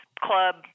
club